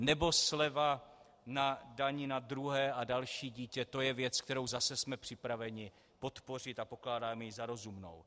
Nebo sleva na dani na druhé a další dítě, to je věc, kterou zase jsme připraveni podpořit a pokládáme ji za rozumnou.